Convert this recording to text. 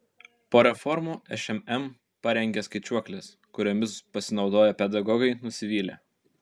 po reformų šmm parengė skaičiuokles kuriomis pasinaudoję pedagogai nusivylė